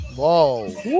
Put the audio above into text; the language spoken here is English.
Whoa